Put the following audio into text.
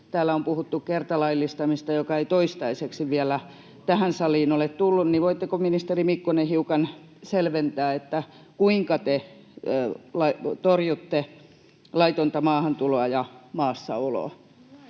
Täällä on puhuttu esimerkiksi kertalaillistamisesta, joka ei toistaiseksi vielä tähän saliin ole tullut. Voitteko, ministeri Mikkonen, hiukan selventää, kuinka te torjutte laitonta maahantuloa ja maassaoloa?